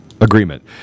agreement